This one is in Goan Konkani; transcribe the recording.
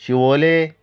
शिवोले